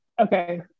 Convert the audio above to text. okay